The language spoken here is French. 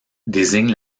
désigne